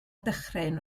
dychryn